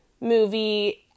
movie